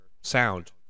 sound